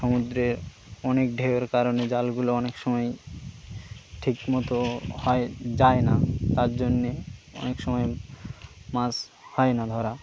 সমুদ্রে অনেক ঢেউয়ের কারণে জালগুলো অনেক সময় ঠিক মতো হয় যায় না তার জন্যে অনেক সময় মাছ হয় না ধরা